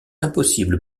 impossible